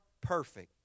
perfect